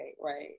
Right